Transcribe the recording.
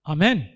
Amen